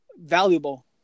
valuable